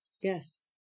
Yes